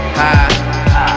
high